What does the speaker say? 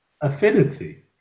affinity